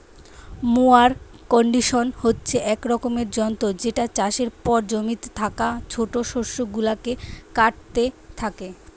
mower condition হচ্ছে এক রকমের যন্ত্র যেটা চাষের পর জমিতে থাকা ছোট শস্য গুলাকে কাটতে থাকে